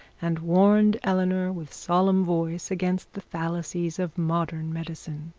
and warned eleanor with solemn voice against the fallacies of modern medicine.